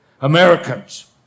Americans